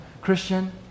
Christian